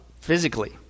physically